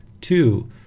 Two